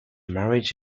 marriage